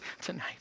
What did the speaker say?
tonight